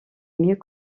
mieux